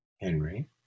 Henry